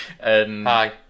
Hi